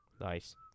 Nice